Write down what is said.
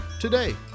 today